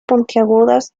puntiagudas